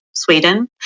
Sweden